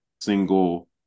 single